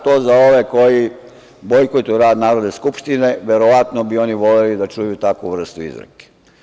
To za ove koji bojkotuju rad Narodne skupštine, verovatno bi oni voleli da čuju takvu vrstu izreke.